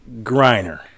Griner